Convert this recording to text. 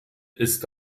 ist